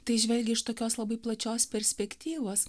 tai žvelgia iš tokios labai plačios perspektyvos